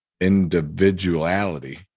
Individuality